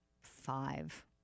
five